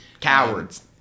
cowards